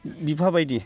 बिफाबायदि